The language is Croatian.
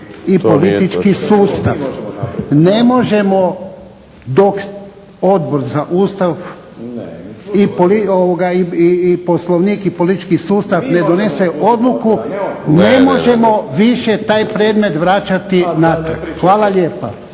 i politički sustav. Ne možemo, dok Odbor za Ustav, Poslovnik i politički sustav ne donese odluku, ne možemo više taj predmet vraćati, hvala lijepa,